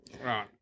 Right